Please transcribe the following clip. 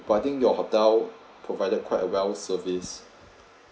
but I think your hotel provided quite well service